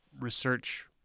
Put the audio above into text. research